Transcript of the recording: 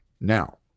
Now